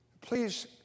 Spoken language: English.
Please